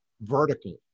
vertical